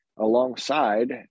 Alongside